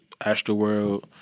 Astroworld